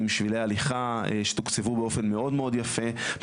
שבילי הליכה שתוקצבו באופן מאוד מאוד יפה,